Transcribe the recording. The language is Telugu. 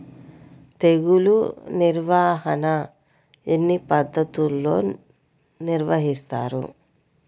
తెగులు నిర్వాహణ ఎన్ని పద్ధతుల్లో నిర్వహిస్తారు?